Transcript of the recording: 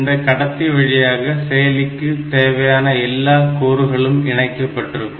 இந்த கடத்தி வழியாக செயலிக்கு தேவையான எல்லா கூறுகளும் இணைக்கப்பட்டிருக்கும்